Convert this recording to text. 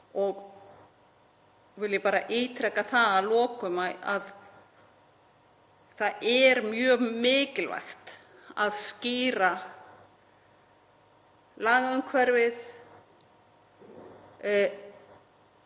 Vil ég bara ítreka það að lokum að það er mjög mikilvægt að skýra lagaumhverfið